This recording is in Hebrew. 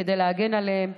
כדי להגן עליהם,